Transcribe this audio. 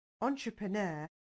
entrepreneur